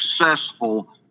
successful